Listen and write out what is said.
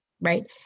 right